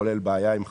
כולל בעיה עם חקלאים,